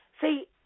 See